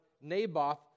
Naboth